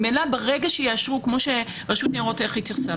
ממילא ברגע שיאשרו, כמו שרשות ניירות ערך התייחסה.